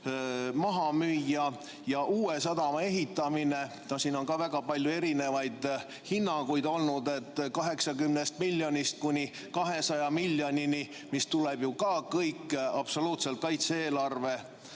maha müüa. Uue sadama ehitamine – siin on väga palju erinevaid hinnanguid olnud, 80 miljonist kuni 200 miljonini, mis tuleb ju ka kõik absoluutselt kaitse-eelarvest.